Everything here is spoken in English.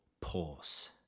pause